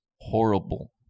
horrible